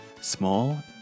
small